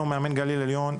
מאמן גליל עליון,